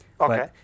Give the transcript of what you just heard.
Okay